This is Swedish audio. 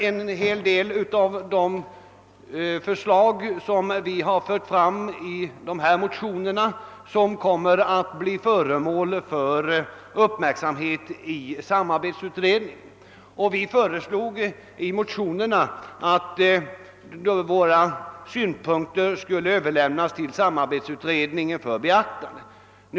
En hel del av förslagen i våra motioner kommer väl att uppmärksammas i samarbetsutredningen, och vi har också föreslagit att våra synpunkter skulle vidarebefordras till utredningen för beaktande.